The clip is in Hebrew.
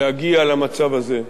להגיע למצב הזה.